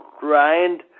grind